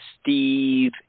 Steve